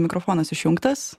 mikrofonas išjungtas